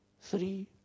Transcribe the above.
three